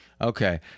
Okay